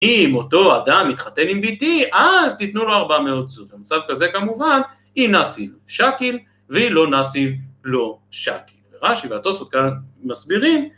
אם אותו אדם מתחתן עם ביתי, אז תיתנו לו 400 זוז. במצב כזה כמובן, אי נסיב שקיל ואי לא נסיב לא שקיל. רש"י ותוספות כאן מסבירים.